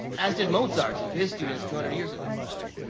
as did mozart to his students, two hundred years ago, right?